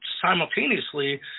simultaneously